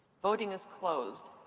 voting is closed.